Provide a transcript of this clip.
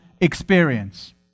experience